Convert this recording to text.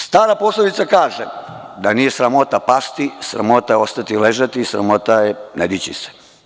Stara poslovica kaže da - nije sramota pasti, sramota je ostati ležati i sramota je ne dići se.